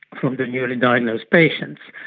from the newly diagnosed patients,